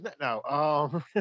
No